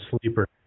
sleeper